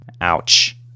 Ouch